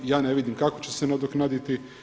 Ja ne vidim kako će se nadoknaditi.